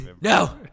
no